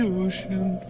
ocean